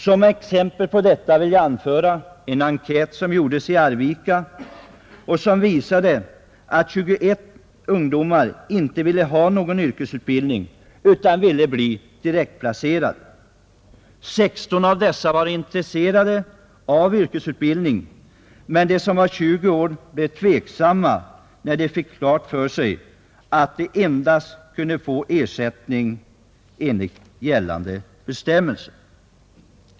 Som exempel kan jag anföra en enkät som gjordes i Arvika och som visar att 21 ungdomar inte ville ha någon yrkesutbildning utan önskade bli direktplacerade. 16 av dessa var egentligen intresserade av yrkesutbildning. Men de som fyllt 20 år blev tveksamma när de fick klart för sig att de endast kunde få studiebidrag.